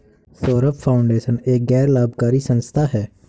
Saurabh foundation एक गैर लाभकारी संस्था है